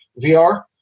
VR